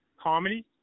comedy